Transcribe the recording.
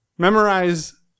Memorize